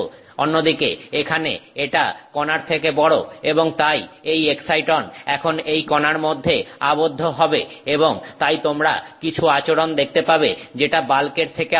অন্যদিকে এখানে এটা কণার থেকে বড় এবং তাই এই এক্সাইটন এখন এই কণার মধ্যে আবদ্ধ হবে এবং তাই তোমরা কিছু আচরন দেখতে পাবে যেটা বাল্কের থেকে আলাদা